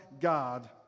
God